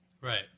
Right